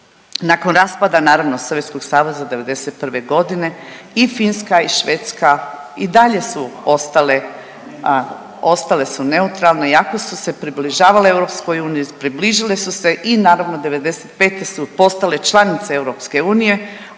Nakon raspada, naravno, SSSR-a '91. g. i Finska i Švedska i dalje su ostale su neutralne iako su se približavale EU, približile su se i naravno, '95. su postale članice EU, ali